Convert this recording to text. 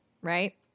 Right